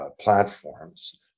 platforms